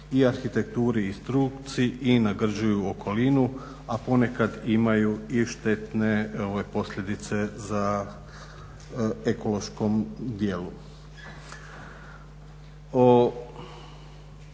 i arhitekturi i struci i nagrđuju okolinu, a ponekad imaju i štetne posljedice ekološkom djelu.